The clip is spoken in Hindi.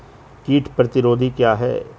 कीट प्रतिरोधी क्या है?